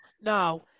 no